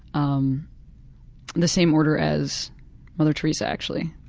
um the same order as mother theresa actually.